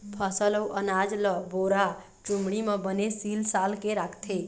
फसल अउ अनाज ल बोरा, चुमड़ी म बने सील साल के राखथे